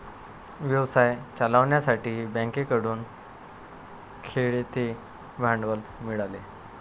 व्यवसाय चालवण्यासाठी बँकेकडून खेळते भांडवल मिळाले